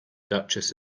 duchess